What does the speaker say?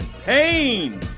pain